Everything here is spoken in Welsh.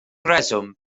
rheswm